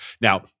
Now